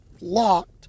locked